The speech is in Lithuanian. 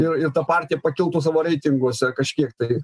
ir ir ta partija pakiltų savo reitinguose kažkiek tai